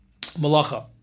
malacha